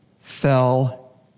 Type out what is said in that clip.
fell